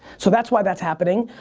so that's why that's happening.